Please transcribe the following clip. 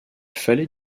fallait